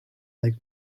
like